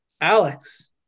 Alex